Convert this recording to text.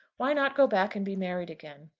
why not go back and be married again?